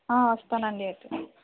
వస్తానండి అయితే